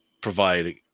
provide